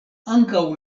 ankaŭ